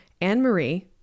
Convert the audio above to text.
Anne-Marie